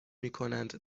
میکنند